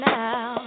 now